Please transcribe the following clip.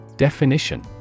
Definition